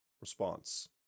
Response